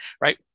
right